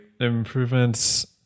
improvements